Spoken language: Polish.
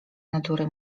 natury